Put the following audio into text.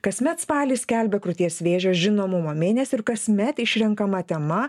kasmet spalį skelbia krūties vėžio žinomumo mėnesiu ir kasmet išrenkama tema